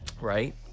right